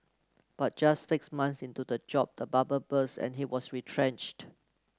but just six months into the job the bubble burst and he was retrenched